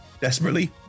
Desperately